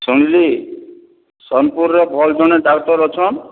ଶୁଣ୍ଲି ସୋନ୍ପୁର୍ରେ ଭଲ୍ ଜଣେ ଡାକ୍ତର୍ ଅଛନ୍